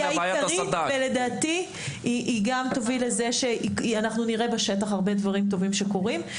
לדעתי זה יוביל לזה שנראה בשטח הרבה דברים טובים שקורים.